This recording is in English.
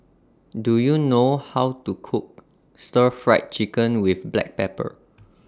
Do YOU know How to Cook Stir Fried Chicken with Black Pepper